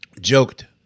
joked